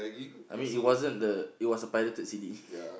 I mean it wasn't the it was a pirated C_D